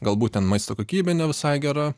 galbūt ten maisto kokybė nevisai gera